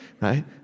right